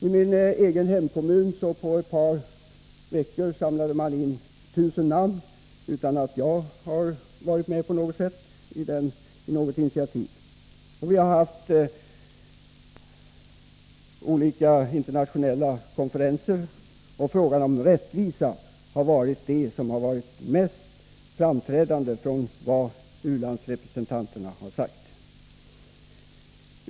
I min egen hemkommun samlade man på ett par veckor in 1 000 namn; jag var dock inte på något sätt med om initiativet. Vi har haft olika internationella konferenser, och frågan om rättvisa har varit det mest framträdande i vad u-landsrepresentanterna har sagt.